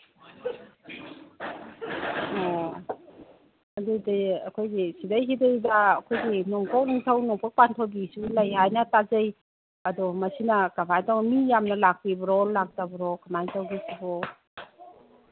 ꯑꯣ ꯑꯗꯨꯗꯤ ꯑꯩꯈꯣꯏꯁꯦ ꯁꯤꯗꯒꯤꯁꯤꯗ ꯑꯩꯈꯣꯏꯒꯤ ꯅꯣꯡꯄꯣꯛ ꯅꯤꯡꯊꯧ ꯅꯣꯡꯄꯣꯛ ꯄꯥꯟꯊꯣꯏꯕꯤꯁꯨ ꯂꯩ ꯍꯥꯏꯅ ꯇꯥꯖꯩ ꯑꯗꯣ ꯃꯁꯤꯅ ꯀꯔꯃꯥꯏꯅ ꯇꯧꯕ ꯃꯤ ꯌꯥꯝꯅ ꯂꯥꯛꯄꯤꯕ꯭ꯔꯣ ꯂꯥꯛꯄꯤꯗꯕ꯭ꯔꯣ ꯀꯔꯃꯥꯏ ꯇꯧꯒꯦ ꯁꯤꯕꯣ